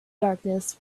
darkness